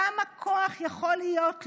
כמה כוח יכול להיות לו.